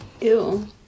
Ew